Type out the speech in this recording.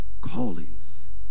callings